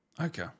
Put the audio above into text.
Okay